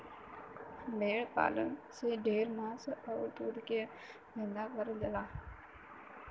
भेड़ पालन से ढेर मांस आउर दूध के धंधा करल जाला